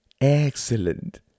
Excellent